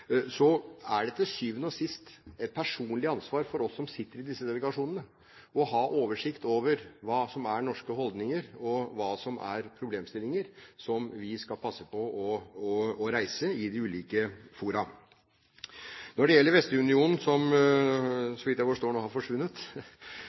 er det til syvende og sist et personlig ansvar for oss som sitter i disse delegasjonene, å ha oversikt over hva som er norske holdninger, og hva som er problemstillinger som vi skal passe på å reise i de ulike fora. Når det gjelder Vestunionen – som